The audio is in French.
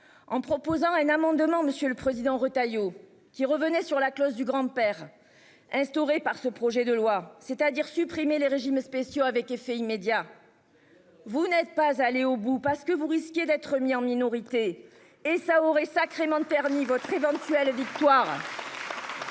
en proposant un amendement. Monsieur le Président, Retailleau qui revenait sur la clause du grand-père. Instaurée par ce projet de loi c'est-à-dire supprimer les régimes spéciaux avec effet immédiat. Vous n'êtes pas allé au bout, parce que vous risquez d'être mis en minorité. Et ça aurait sacrément de permis. Votre éventuelle victoire.